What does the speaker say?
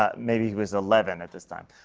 ah maybe he was eleven at this time.